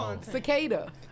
Cicada